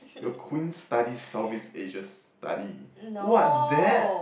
your queens study South East Asia study what's that